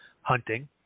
hunting